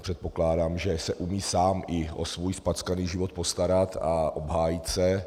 Předpokládám, že se umí sám i o svůj zpackaný život postarat a obhájit se.